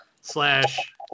slash